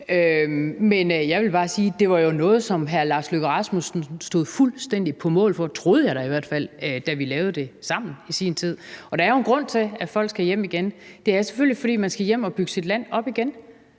det jo var noget, som hr. Lars Løkke Rasmussen stod fuldstændig på mål for – troede jeg da i hvert fald – da vi lavede det sammen i sin tid. Og der er jo en grund til, at folk skal hjem igen – det er selvfølgelig, fordi man skal hjem og bygge sit land op igen,